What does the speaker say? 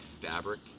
fabric